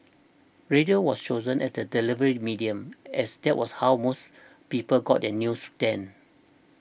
radio was chosen as the delivery medium as that was how most people got their news then